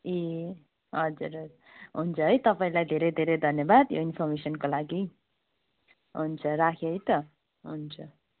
ए हजुर हजुर हुन्छ है तपाईँलाई धेरै धेरै धन्यवाद यो इनफर्मेसनको लागि हुन्छ राखेँ है त हुन्छ